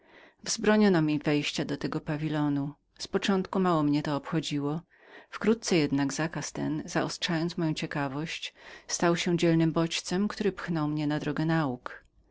wzbroniono mi wejścia do tego pawilonu z początku mało mnie to obchodziło wkrótce jednak zakaz ten zaostrzając moją ciekawość był dzielnym bodźcem który popchnął mnie na drogę nauk